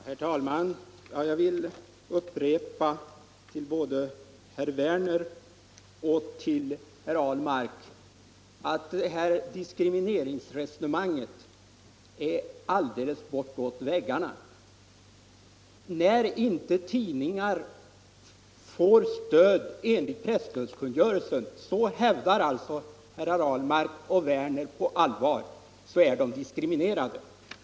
Herr talman! Jag vill upprepa både för herr Werner i Malmö och för herr Ahlmark att detta diskrimineringsresonemang är alldeles uppåt väggarna. När vissa tidningar inte får stöd enligt presstödskungörelsen hävdar alltså herrar Ahlmark och Werner på allvar att de tidningarna är diskriminerade.